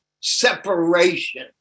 separation